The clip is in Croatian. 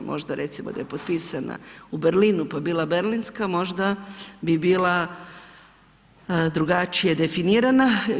Možda recimo da je potpisana u Berlinu, pa bi bila berlinska, možda bi bila drugačije definirana.